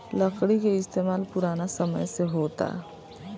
लकड़ी के इस्तमाल पुरान समय से होता